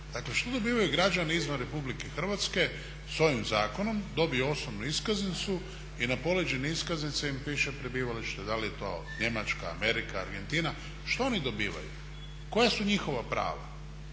Dakle što dobivaju građani izvan Republike Hrvatske sa ovim zakonom, dobiju osobnu iskaznicu i na poleđini iskaznice im piše prebivalište. Da li je to Njemačka, Amerika, Argentina, što oni dobivaju? Koja su njihova prava?